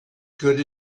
good